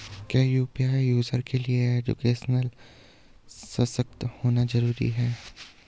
क्या UPI user के लिए एजुकेशनल सशक्त होना जरूरी है?